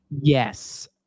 Yes